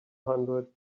hundred